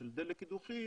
ושל דלק קידוחים,